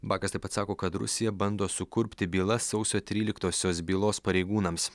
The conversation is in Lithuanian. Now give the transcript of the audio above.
bakas taip pat sako kad rusija bando sukurpti bylas sausio tryliktosios bylos pareigūnams